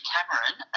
Cameron